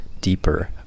deeper